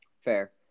Fair